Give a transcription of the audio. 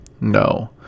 No